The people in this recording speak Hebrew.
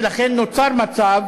ולכן נוצר מצב